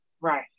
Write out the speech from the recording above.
Right